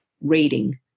reading